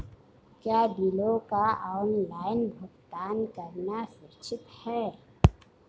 क्या बिलों का ऑनलाइन भुगतान करना सुरक्षित है?